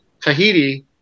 Tahiti